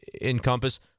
encompass